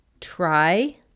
try